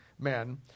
men